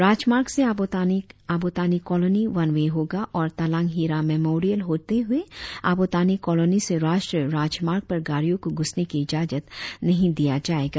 राजमार्ग से Abotani colony one way होगा और तालांग हिरा मेमोरियल होते हुए आबोतानी कॉलोनी से राष्ट्रीय राजमार्ग पर गाड़ियों को घुसने की उजाजत नहीं दिया जाएगा